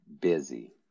busy